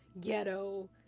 ghetto